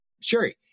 Sherry